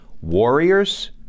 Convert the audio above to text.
warriors